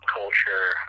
culture